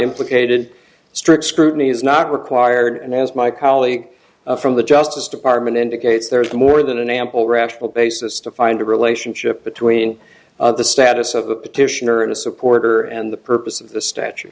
implicated strict scrutiny is not required and as my colleague from the justice department indicates there is more than ample rational basis to find a relationship between the status of the petitioner in a supporter and the purpose of the statue